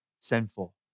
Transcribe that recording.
sinful